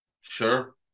Sure